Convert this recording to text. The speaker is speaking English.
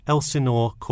Elsinore